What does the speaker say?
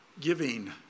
Giving